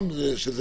למה אני